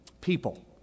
people